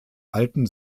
alten